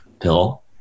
pill